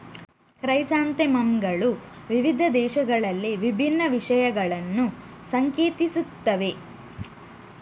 chrysanthemum ಗಳು ವಿವಿಧ ದೇಶಗಳಲ್ಲಿ ವಿಭಿನ್ನ ವಿಷಯಗಳನ್ನು ಸಂಕೇತಿಸುತ್ತವೆ